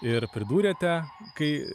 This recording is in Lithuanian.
ir pridūrėte kai